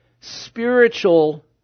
spiritual